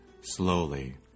slowly